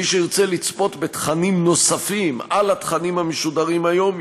מי שירצה לצפות בתכנים נוספים על התכנים המשודרים היום,